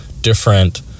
different